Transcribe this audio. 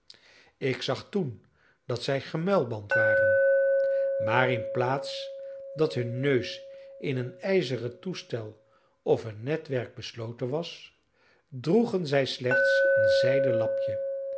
ik zag toen dat zij gemuilband waren maar in plaats dat hun neus in een ijzeren toestel of een netwerk besloten was droegen zij slechts een zijden lapje